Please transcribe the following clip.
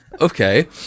Okay